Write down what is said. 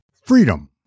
freedom